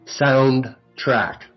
soundtrack